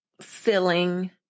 filling